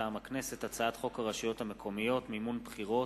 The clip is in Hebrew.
מטעם הכנסת: הצעת חוק הרשויות המקומיות (מימון בחירות)